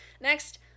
Next